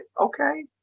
Okay